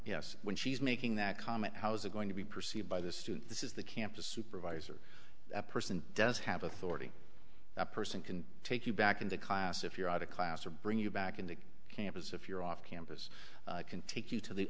yes when she's making that comment how's it going to be perceived by the student this is the campus supervisor that person does have authority that person can take you back in the class if you're out of class or bring you back in to campus if you're off campus can take you to the